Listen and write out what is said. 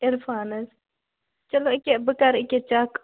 عِرفان حظ چَلو یہِ کیٛاہ بہٕ کَرٕ یہِ کیٛاہ چیک